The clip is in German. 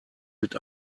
mit